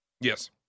Yes